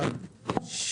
כי הם